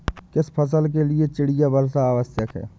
किस फसल के लिए चिड़िया वर्षा आवश्यक है?